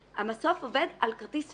המסוף עובד על כרטיס פיזי.